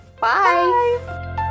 bye